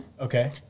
Okay